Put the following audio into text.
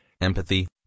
empathy